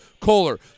Kohler